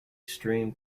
stream